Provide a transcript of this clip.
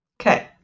Okay